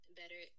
better